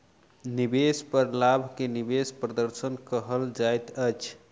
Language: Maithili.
निवेश पर लाभ के निवेश प्रदर्शन कहल जाइत अछि